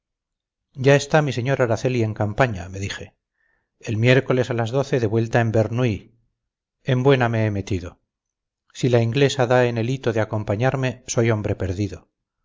ya está mi sr araceli en campaña me dije el miércoles a las doce de vuelta en bernuy en buena me he metido si la inglesa da en el hito de acompañarme soy hombre perdido